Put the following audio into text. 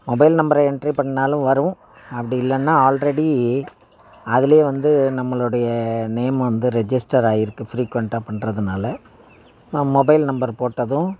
mobile நம்பரை entry பண்ணாலும் வரும் அப்படி இல்லேன்னா ஆல்ரெடி அதுலே வந்து நம்மளுடைய நேம் வந்து ரெஜிஸ்டர் ஆயிருக்கும் ஃப்ரீகுவன்ட்டாக பண்ணுறதுனால மொபைல் நம்பர் போட்டதும்